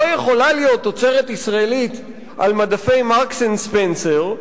לא יכולה להיות תוצרת ישראלית על מדפי "מרקס אנד ספנסר"